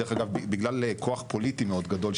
דרך אגב בגלל כוח פוליטי מאוד גדול,